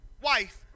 wife